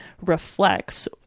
reflects